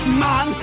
man